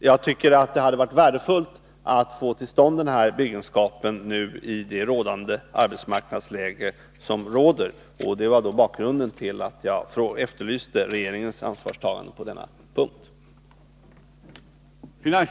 Jag tycker att det hade varit värdefullt att få till stånd den här byggenskapen i det rådande arbetsmarknadsläget. Detta var anledningen till att jag efterlyste regeringens ansvarstagande på denna punkt.